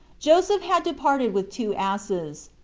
joseph had departed with two asses.